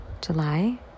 July